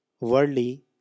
worldly